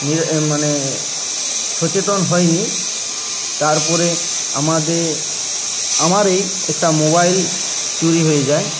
মানে সচেতন হয় নি তারপরে আমাদের আমারই একটা মোবাইল চুরি হয়ে যায়